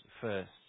first